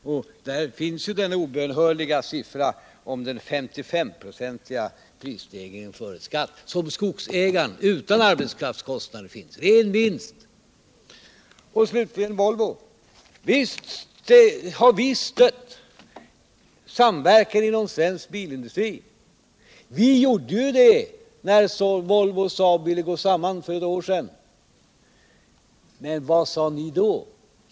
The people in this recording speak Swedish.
Vi har här den obönhörliga siffran som visar en SS-procentig prisstegring före skatt, som skogsägarna fick utan arbetskraftskostnader. Det är alltså fråga om en ren vinst. För det tredje till frågan om Volvo. Visst har vi stött samverkan inom svensk bilindustri. Vi gjorde det när Volvo och Saab ville gå samman för något år sedan. Men vad gjorde ni då?